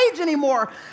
anymore